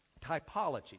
Typology